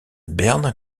berne